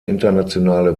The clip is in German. internationale